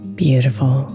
beautiful